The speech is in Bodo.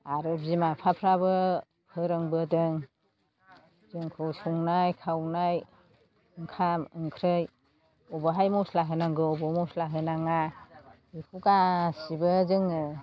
आरो बिमा बिफाफ्राबो फोरोंबोदों जोंखौ संनाय खावनाय ओंखाम ओंख्रि बबावहाय मस्ला होनांगौ बबाव मस्ला होनाङा बेखौ गासिबो जोङो